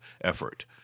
effort